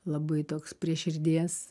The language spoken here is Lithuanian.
labai toks prie širdies